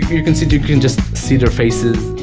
you can see, you can just see their faces,